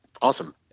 awesome